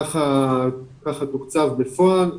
כך זה תוקצב בפועל.